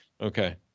Okay